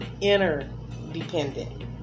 inner-dependent